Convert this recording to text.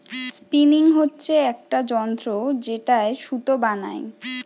spinning হচ্ছে একটা যন্ত্র যেটায় সুতো বানাই